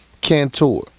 Cantor